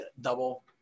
double